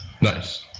Nice